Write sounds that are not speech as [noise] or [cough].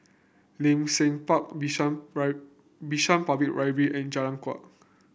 [unintelligible] Seng Park Bishan [unintelligible] Bishan Public Library and Jalan Kuak